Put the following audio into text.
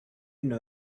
know